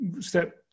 step